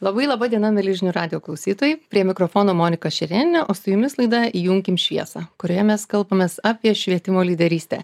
labai laba diena mieli žinių radijo klausytojai prie mikrofono monika šerėnienė o su jumis laida įjunkim šviesą kurioje mes kalbamės apie švietimo lyderystę